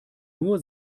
nur